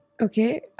Okay